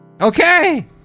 Okay